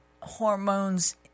hormones